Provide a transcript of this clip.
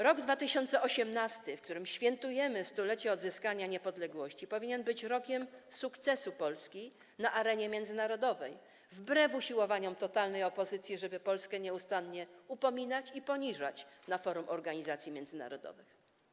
Rok 2018, w którym świętujemy 100-lecie odzyskania niepodległości, powinien być rokiem sukcesu Polski na arenie międzynarodowej, wbrew usiłowaniom totalnej opozycji, żeby Polskę nieustannie upominać i poniżać na forum organizacji międzynarodowych.